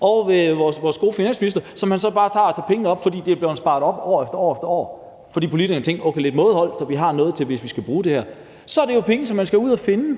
ovre hos vores gode finansminister, som man så bare tager pengene op af, fordi de er blevet sparet op år efter år, fordi politikerne tænkte, at det var okay med lidt mådehold, så man har noget, hvis man skal bruge det her – så er det jo penge, som man skal ud at finde.